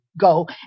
go